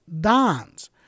Dons